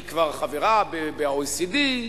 היא כבר חברה ב-OECD,